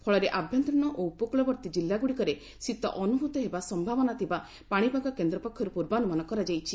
ଫଳରେ ଆଭ୍ୟନ୍ତରୀଣ ଓ ଉପକ୍ଳବର୍ତ୍ତୀ ଜିଲ୍ଲା ଗୁଡ଼ିକରେ ଶୀତ ଅନୁଭ୍ରତ ହେବା ସ୍ୟାବନା ଥିବା ପାଣିପାଗ କେନ୍ଦ୍ର ପକ୍ଷରୁ ପୂର୍ବାନୁମାନ କରାଯାଇଛି